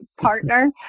partner